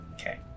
Okay